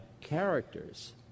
characters